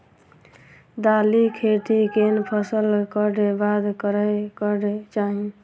दालि खेती केँ फसल कऽ बाद करै कऽ चाहि?